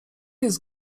jest